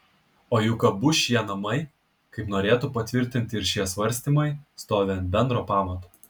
o juk abu šie namai kaip norėtų patvirtinti ir šie svarstymai stovi ant bendro pamato